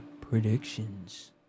predictions